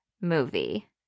movie